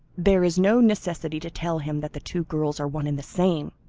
there is no necessity to tell him that the two girls are one and the same,